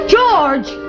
George